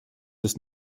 ist